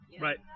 Right